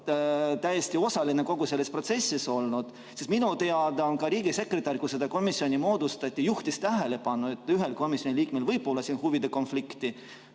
olnud osaline kogu selles protsessis? Minu teada ka riigisekretär, kui seda komisjoni moodustati, juhtis tähelepanu, et ühel komisjoni liikmel võib olla siin huvide konflikt.